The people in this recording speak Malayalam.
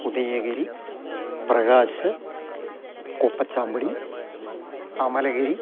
ഉദയഗിരി പ്രകാശ് കുപ്പചാമ്പൊടി അമലഗിരി